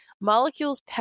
Molecule's